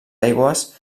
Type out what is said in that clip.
aigües